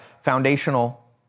foundational